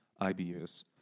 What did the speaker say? IBUs